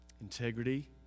integrity